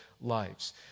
lives